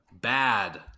Bad